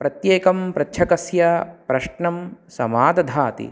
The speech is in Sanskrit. प्रत्येकं प्रच्छकस्य प्रश्नं समादधाति